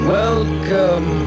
welcome